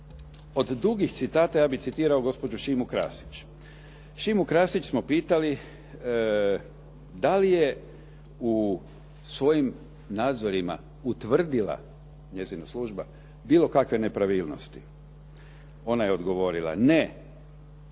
Od dugih citata ja bih citirao gospođu Šimu Krasić. Šimu Krasić smo pitali da li je u svojim nadzorima utvrdila njezina služba bilo kakve nepravilnosti. Ona je odgovorila,